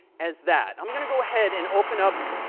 as that. i'm going to go ahead and open up,